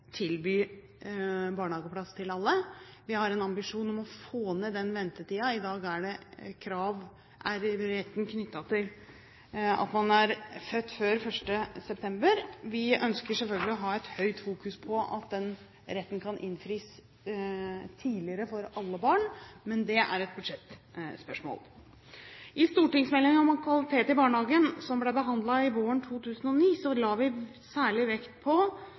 tilby barnehageplass til alle. Vi har en ambisjon om å få ned ventetiden. I dag er retten knyttet til at man er født før 1. september. Vi ønsker selvfølgelig å ha et høyt fokus på at den retten kan innfris tidligere for alle barn, men det er et budsjettspørsmål. I stortingsmeldingen om kvalitet i barnehagen, som ble behandlet våren 2010, la vi særlig vekt på